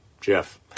Jeff